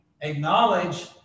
acknowledge